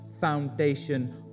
foundation